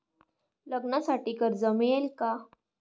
लग्नासाठी कर्ज मिळेल का?